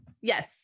yes